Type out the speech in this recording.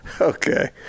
Okay